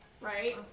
right